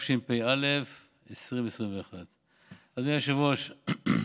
התשפ"א 2021. אדוני היושב-ראש,